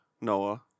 Noah